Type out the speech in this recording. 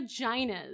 vaginas